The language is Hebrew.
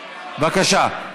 בבקשה.